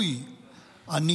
לא זאת הבעיה,